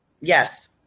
Yes